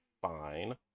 fine